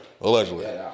Allegedly